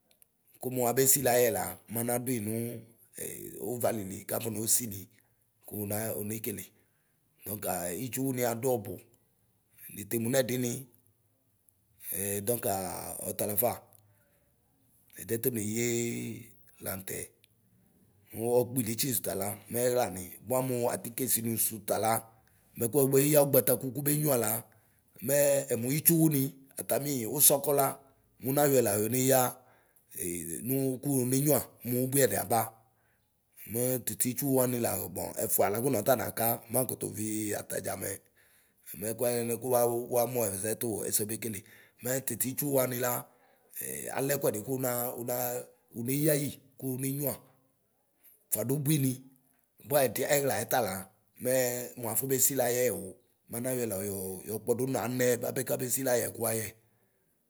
Kumu abesili ayɛ la mɛanadui nu e uvali li kafono sili Ku unaa une kele. Dɔŋka itsuni adu ɔdu. Netemu nɛdini. Ɛɛ dɔŋka ɣtalafa ɛdis. Tuneyiee la ŋtɛ muɔkpidetsi su tala mɛɣlasi bua mu atikesi misu tala mɛ kuma be yugbata ku kubenyuia la mɛɛ ɛmu itsuwuni. atami usukɔ la munayɔɛla yoneyɣ ee nu kuonenyuia mubuiɛdi, aba. Mɛ tititsuani la ba ɛfualaku nɔta naka makatu vii atadʒamɛ, mɛkuɛ mɛkuɛ mɛkuɛ wuamu tu sɛ bekele. Mɛ tititsuwani la alɛ kuɛdi Ku una una une yɣyi Ku une nyuia fuadubui ni; bua ɛdiɛ ɛɣlaɛ tala mɛɛ muafobe siliayɛo mana yɔɛla yo yɔ kpɔdu namɛ bapɛ kabe siliayɛ kubayɛ.